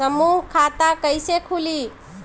समूह खाता कैसे खुली?